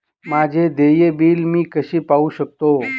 माझे देय बिल मी कसे पाहू शकतो?